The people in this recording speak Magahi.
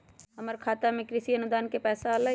हमर खाता में कृषि अनुदान के पैसा अलई?